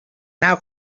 now